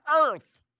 earth